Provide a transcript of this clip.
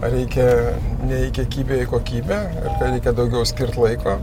reikia ne į kiekybę į kokybę reikia daugiau skirt laiko